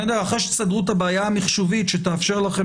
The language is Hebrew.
אחרי שתסדרו את הבעיה המחשובית שתאפשר לכם